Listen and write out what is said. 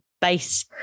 base